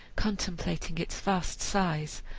contemplating its vast size,